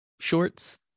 shorts